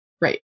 Right